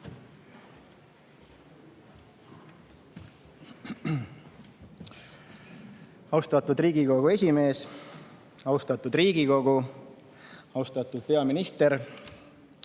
Austatud Riigikogu esimees! Austatud Riigikogu! Austatud peaminister!